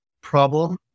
problem